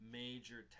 major